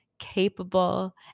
capable